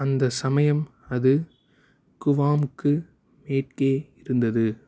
அந்தச் சமயம் அது குவாம்க்கு மேற்கே இருந்தது